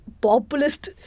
populist